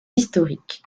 historiques